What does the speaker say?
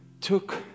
took